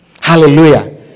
Hallelujah